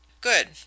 Good